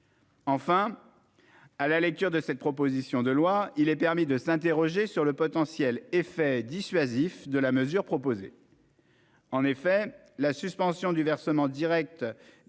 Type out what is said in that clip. Enfin, à la lecture de cette proposition de loi, il est permis de s'interroger sur le potentiel effet dissuasif de la mesure proposée. En effet, la suspension du versement direct